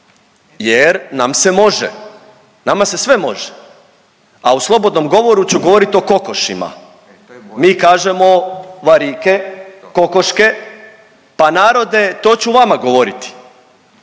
jer nam se može. Nama se sve može, a u slobodnom govoru ću govorit o kokošima. Mi kažemo varike, kokoške pa narode to ću vama govoriti